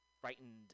frightened